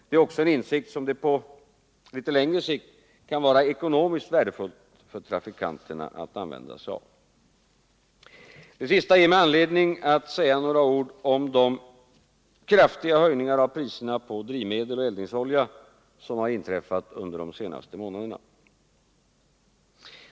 Det är också en lärdom som på längre sikt kan vara ekonomiskt värdefull för trafikanterna. Det sistnämnda ger mig anledning att säga några ord om de kraftiga höjningarna på drivmedel och eldningsolja som har inträffat under de senaste månaderna.